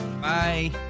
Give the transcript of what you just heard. Bye